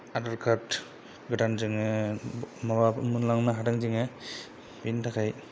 Aadhaar card गोदान जोङो माबा मोनलांनो हादों जोङो बेनिथाखाय